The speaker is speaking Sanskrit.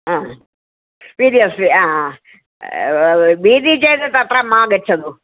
भीतिः अस्ति भीतिः चेत् तत्र मा गच्छतु